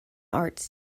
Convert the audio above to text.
art